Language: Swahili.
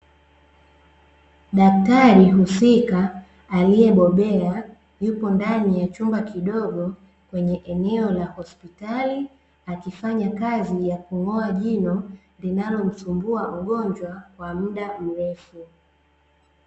Daktari husika aliyebobea yupo ndani ya chumba kidogo kwenye eneo la hospitali, akifanya kazi ya kun’goa jino linalomsumbua mgonjwa, kwa muda mrefu.